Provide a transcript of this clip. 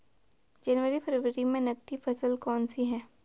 जनवरी फरवरी में नकदी फसल कौनसी है?